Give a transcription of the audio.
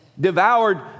devoured